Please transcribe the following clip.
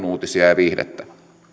uutisia ja viihdettä